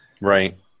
Right